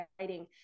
writing